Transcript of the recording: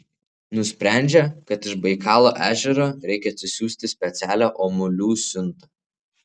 nusprendžia kad iš baikalo ežero reikia atsisiųsti specialią omulių siuntą